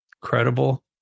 credible